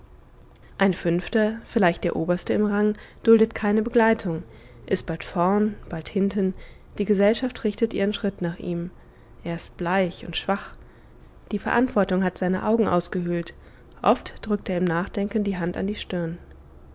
ein fünfter vielleicht der oberste im rang duldet keine begleitung ist bald vorn bald hinten die gesellschaft richtet ihren schritt nach ihm er ist bleich und schwach die verantwortung hat seine augen ausgehöhlt oft drückt er im nachdenken die hand an die stirn